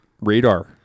radar